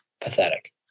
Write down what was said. pathetic